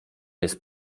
jest